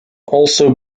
also